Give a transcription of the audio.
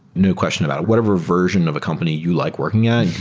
no question about it. whatever version of a company you like working at,